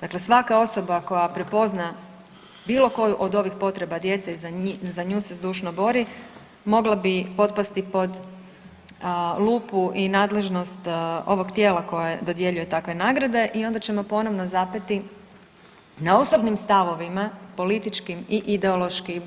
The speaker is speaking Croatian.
Dakle, svaka osoba koja prepozna bilo koju od ovih potreba djece i za nju se zdušno bori mogla bi potpasti pod lupu i nadležnost ovog tijela koje dodjeljuje takve nagrade i onda ćemo ponovno zapeti na osobnim stavovima političkim i ideološkim